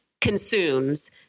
consumes